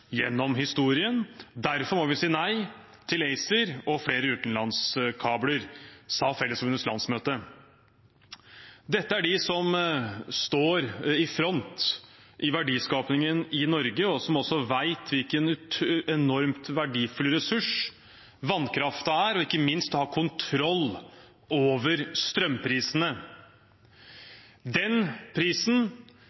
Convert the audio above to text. gjennom historien. Derfor må vi si nei til ACER og flere utenlandskabler, sa Fellesforbundets landsmøte. Dette er de som står i front i verdiskapingen i Norge, og som også vet hvilken enormt verdifull ressurs vannkraften er, og ikke minst å ha kontroll over strømprisene.